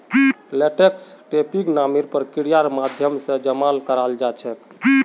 लेटेक्सक टैपिंग नामेर प्रक्रियार माध्यम से जमा कराल जा छे